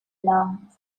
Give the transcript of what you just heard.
long